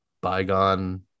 bygone